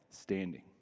standing